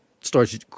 starts